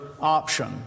option